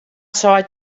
seit